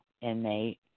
inmate